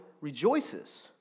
rejoices